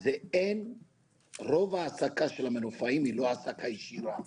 היא שרוב ההעסקה של המנופאים היא לא העסקה ישירה.